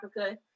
Africa